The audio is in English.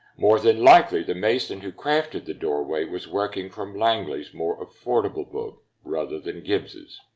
more than likely, the mason who crafted the doorway was working from langley's more affordable book, rather than gibbs's.